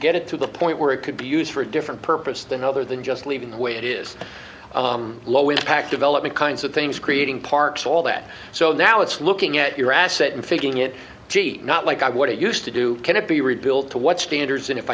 get it to the point where it could be used for a different purpose than other than just leaving when it is low impact development kinds of things creating parks all that so now it's looking at your asset and thinking it gee not like i what it used to do can it be rebuilt to what standards